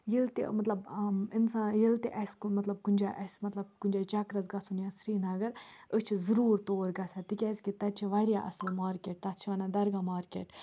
ییٚلہِ تہِ مطلب عام اِنسان ییٚلہِ تہِ اَسہِ کُہ مطلب کُنہِ جاے آسہِ مطلب کُنہِ جاے چکرَس گژھُن یا سرینگر أسۍ چھِ ضٔروٗر تور گژھان تِکیٛازِکہِ تَتہِ چھِ واریاہ اَصٕل مارکیٹ تَتھ چھِ وَنان درگاہ مارکیٹ